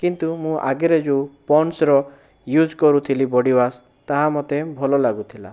କିନ୍ତୁ ମୁଁ ଆଗରେ ଯେଉଁ ପଣ୍ଡ୍ସର ୟୁଜ କରୁଥିଲି ବୋଡିୱାସ ତାହା ମୋତେ ଭଲ ଲାଗୁଥିଲା